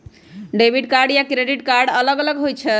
Debit card या credit card अलग होईछ ई?